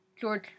George